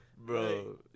bro